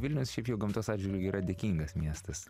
vilniaus šiaip jau gamtos atžvilgiu yra dėkingas miestas